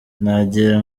nagira